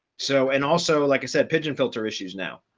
so and also, like i said, pigeon filter issues now.